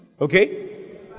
okay